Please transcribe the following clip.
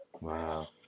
Wow